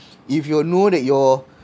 if you know that your